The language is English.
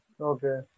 Okay